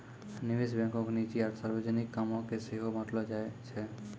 निवेश बैंको के निजी आरु सार्वजनिक कामो के सेहो बांटलो जाय छै